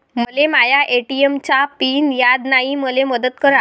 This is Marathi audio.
मले माया ए.टी.एम चा पिन याद नायी, मले मदत करा